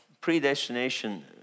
predestination